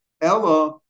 Ella